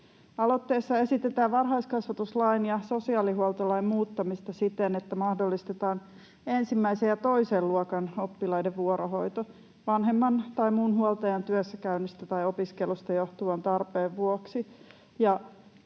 Aloitteessa esitetään varhaiskasvatuslain ja sosiaalihuoltolain muuttamista siten, että mahdollistetaan ensimmäisen ja toisen luokan oppilaiden vuorohoito vanhemman tai muun huoltajan työssäkäynnistä tai opiskelusta johtuvan tarpeen vuoksi.